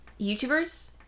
YouTubers